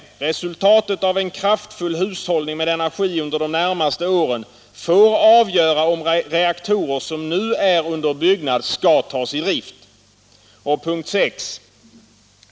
Resultatet av en kraftfull hushållning med energi under de närmaste åren får avgöra om reaktorer som nu är under byggnad skall tas i drift. 6.